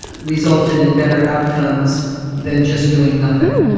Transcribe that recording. resulted in better outcomes than just doing nothing.